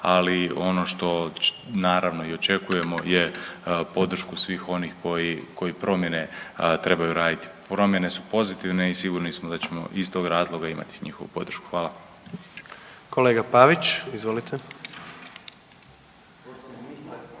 ali ono što naravno i očekujemo je podršku svih onih koji promjene trebaju raditi. Promjene su pozitivne i sigurni smo da ćemo iz tog razloga imati njihovu podršku. Hvala. **Jandroković, Gordan